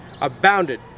abounded